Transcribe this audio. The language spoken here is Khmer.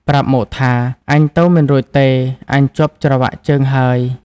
ប្រាប់មកថា "អញទៅមិនរួចទេ អញជាប់ច្រវាក់ជើងហើយ!” ។